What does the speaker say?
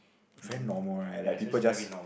very normal right like people just